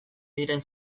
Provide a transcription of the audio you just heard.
diren